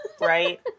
right